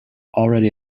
already